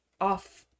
off